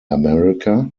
america